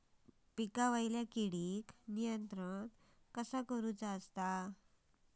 पिकावरची किडीक नियंत्रण कसा करायचा?